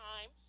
time